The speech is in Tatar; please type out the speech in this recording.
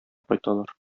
кайталар